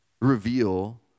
reveal